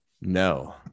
No